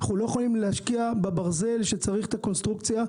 אנחנו לא יכולים להשקיע בברזל שצריך את הקונסטרוקציה.